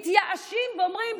מתייאשים ואומרים,